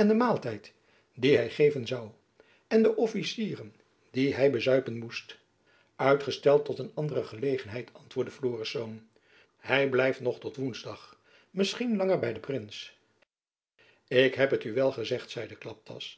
en de maaltijd dien hy geven zoû en de officieren die hy bezuipen moest uitgesteld tot een andere gelegenheid antwoordde florisz hy blijft nog tot woensdag misschien langer by den prins ik heb het u wel gezegd zeide klaptas